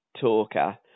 talker